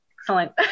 Excellent